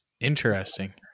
Interesting